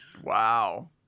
Wow